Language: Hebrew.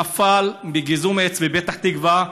שנפל בגיזום עץ בפתח תקווה,